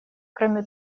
кроме